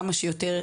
כמה שיותר,